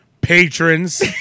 patrons